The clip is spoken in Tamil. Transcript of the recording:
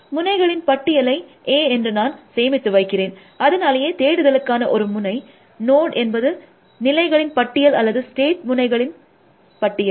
முனைகளின் பட்டியலை a என்று நான் சேமித்து வைக்கிறேன் அதனாலேயே தேடுதலுக்கான ஒரு முனை என்பது நிலைகளின் பட்டியல் அல்லது ஸ்டேட் முனைகளின் பட்டியல்